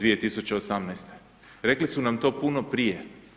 2018., rekli su nam to puno prije.